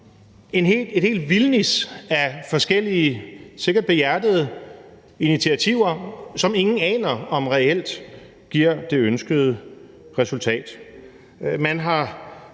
et helt vildnis af forskellige sikkert behjertede initiativer, som ingen aner om reelt giver det ønskede resultat.